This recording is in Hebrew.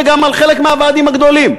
וגם על חלק מהוועדים הגדולים.